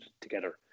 together